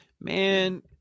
Man